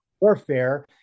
warfare